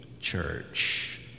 church